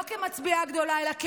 לא כמצביאה גדולה אלא כאימא: